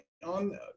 On